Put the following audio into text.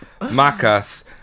Macas